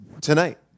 tonight